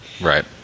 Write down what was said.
Right